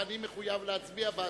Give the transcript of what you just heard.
ואני מחויב להצביע עליו.